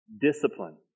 discipline